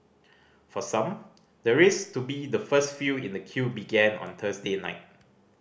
for some the race to be the first few in the queue began on Thursday night